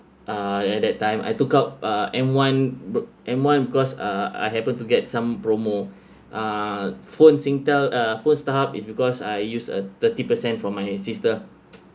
uh at that time I took out uh m one m one because uh I happen to get some promo uh phone singtel uh starhub is because I use a thirty percent from my sister